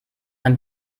ein